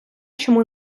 чому